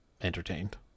entertained